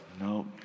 no